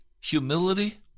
humility